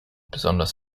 besonders